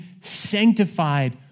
sanctified